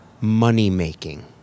money-making